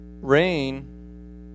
Rain